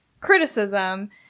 criticism